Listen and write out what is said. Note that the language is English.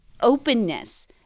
openness